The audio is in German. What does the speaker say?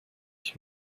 ich